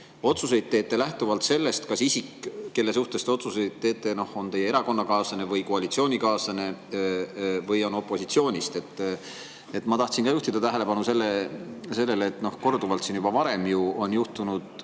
otsuseid lähtuvalt sellest, kas isik, kelle suhtes te otsuseid teete, on teie erakonnakaaslane, koalitsioonikaaslane või on ta opositsioonist? Ma tahtsin ka juhtida tähelepanu sellele, et korduvalt on siin varem juhtunud